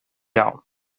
iawn